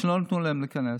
שלא נתנו להם להיכנס.